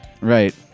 Right